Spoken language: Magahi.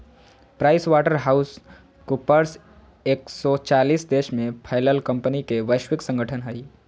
प्राइस वाटर हाउस कूपर्स एक सो चालीस देश में फैलल कंपनि के वैश्विक संगठन हइ